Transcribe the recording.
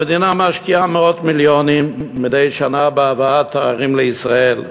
המדינה משקיעה מאות מיליונים מדי שנה בהבאת תיירים לישראל.